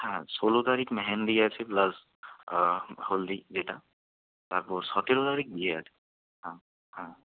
হ্যাঁ ষোলো তারিখ মেহেন্দি আছে প্লাস হলদি যেটা তারপর সতেরো তারিখ বিয়ে আছে হ্যাঁ হ্যাঁ